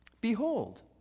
Behold